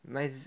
Mas